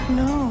no